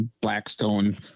blackstone